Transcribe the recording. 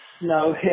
no